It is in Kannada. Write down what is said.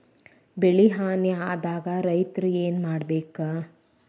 ಬೆಳಿ ಹಾನಿ ಆದಾಗ ರೈತ್ರ ಏನ್ ಮಾಡ್ಬೇಕ್?